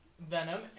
Venom